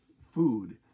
food